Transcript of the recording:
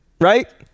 right